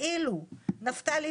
עבירות אלימות,